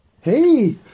Hey